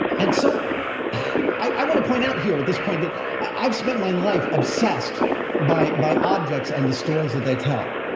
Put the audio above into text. and so i want to point out here at this point that i've spent my life obsessed by by objects and the stories that they tell,